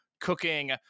cooking